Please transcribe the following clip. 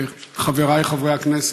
חבריי חברי הכנסת,